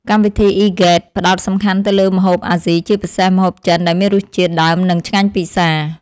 កម្មវិធីអ៊ីហ្គេត ផ្ដោតសំខាន់ទៅលើម្ហូបអាស៊ីជាពិសេសម្ហូបចិនដែលមានរសជាតិដើមនិងឆ្ងាញ់ពិសា។